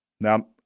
Now